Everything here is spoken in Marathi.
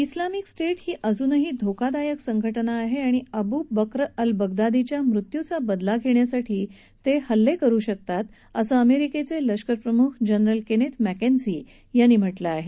इस्लामीक स्टेट ही अजूनही धोकादायक संघटना आहे आणि अब् बक्र अल बगदादीच्या मृत्यचा बदला घेण्यासाठी ते हल्ले करू शकतात असं अमेरिकेचे लष्कर प्रम्ख जनरल केनेथ मॅकेंझी यांनी म्हटलं आहे